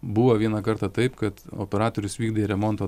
buvo vieną kartą taip kad operatorius vykdė remonto